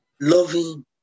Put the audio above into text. Loving